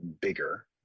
bigger